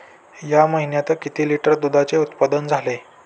या महीन्यात किती लिटर दुधाचे उत्पादन झाले?